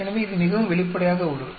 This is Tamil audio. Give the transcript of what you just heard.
எனவே இது மிகவும் வெளிப்படையாக உள்ளது